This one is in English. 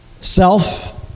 Self